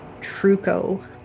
Truco